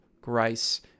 grace